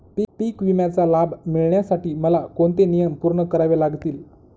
पीक विम्याचा लाभ मिळण्यासाठी मला कोणते नियम पूर्ण करावे लागतील?